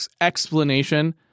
explanation